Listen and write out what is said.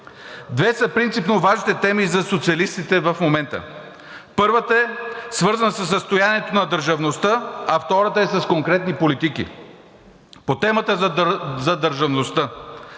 Две са принципно важните теми за социалистите в момента. Първата е свързана със състоянието на държавността, а втората е с конкретни политики. По темата за държавността.